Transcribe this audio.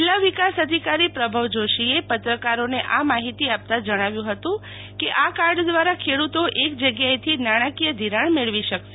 જીલ્લા વિકાસ અધિકારી પ્રભવ જોષીએ પત્રકારોને આ માહિતી આપતા જણાવ્યું હતું કે આ કાર્ડ દ્વારા ખડૂતો એક જગ્યાએથી નાંણાકીય ધીરાણ મેળવી શકશે